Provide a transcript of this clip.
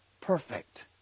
perfect